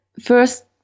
first